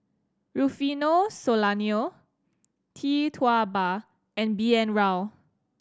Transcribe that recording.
Rufino Soliano Tee Tua Ba and B N Rao